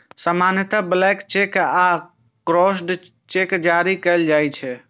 सामान्यतः blank cheque आ crossed cheque जारी कैल जाइ छै